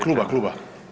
Kluba, kluba.